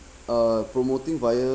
uh promoting via